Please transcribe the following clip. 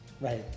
Right